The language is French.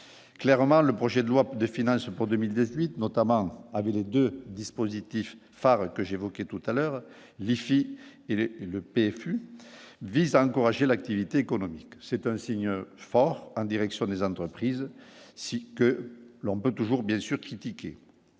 clairement le projet de loi de finances pour 2018, notamment avec les 2 dispositifs phares que j'évoquais tout à l'heure l'IFI et le pays fut vise à encourager l'activité économique, c'est un signe fort en direction des entreprises si que l'on peut toujours, bien sûr, critiquer